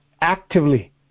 Actively